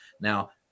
Now